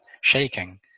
shaking